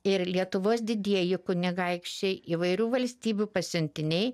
ir lietuvos didieji kunigaikščiai įvairių valstybių pasiuntiniai